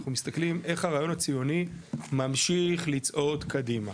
אנחנו מסתכלים איך הרעיון הציוני ממשיך לצעוד קדימה